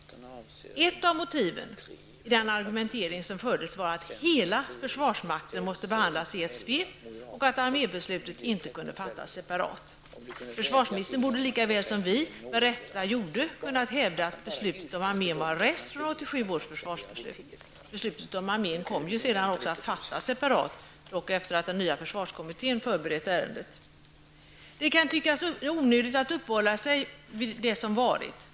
Ett av motiven i den argumentering som fördes var att hela försvarsmakten måste behandlas i ett svep och att armébeslutet inte kunde fattas separat. Försvarsministern borde, lika väl som vi med rätta gjorde, ha kunnat hävda att beslutet om armén var en rest från 1987 års försvarsbeslut. Beslutet om armén kom ju sedan också att fattas separat, dock efter det att den nya försvarskommittén förberett ärendet. Det kan tyckas onödigt att uppehålla sig vid det som varit.